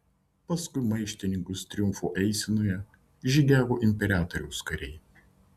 paskui maištininkus triumfo eisenoje žygiavo imperatoriaus kariai